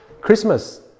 Christmas